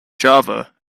java